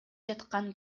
жаткан